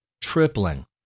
tripling